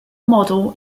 model